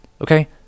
Okay